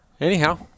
Anyhow